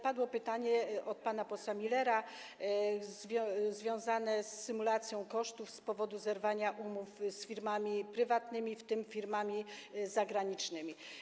Padło pytanie pana posła Millera związane z symulacją kosztów z powodu zerwania umów z firmami prywatnymi, w tym firmami zagranicznymi.